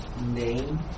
name